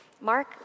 Mark